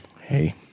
hey